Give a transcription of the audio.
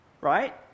right